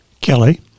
Kelly